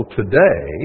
today